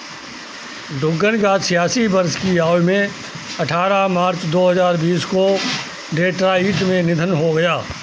Duggan का छियासी वर्ष की आयु में अठारह मार्च दो हज़ार बीस को डेट्रॉइट में निधन हो गया